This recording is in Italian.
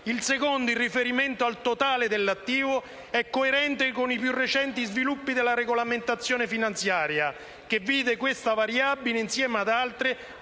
Il secondo, in riferimento al totale dell'attivo, è coerente con i più recenti sviluppi della regolamentazione finanziaria, che vide questa variabile insieme ad altre